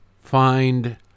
find